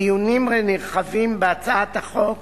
דיונים נרחבים בהצעת החוק